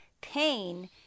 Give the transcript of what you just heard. pain